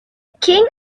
king